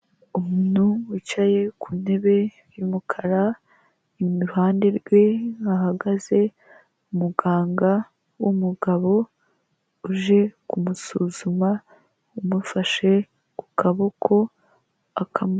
Umuntu wicaye ku ntebe y'umukara, iruhande rwe hahagaze umuganga w'umugabo uje kumusuzuma amufashe ku kaboko akamureba.